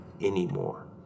anymore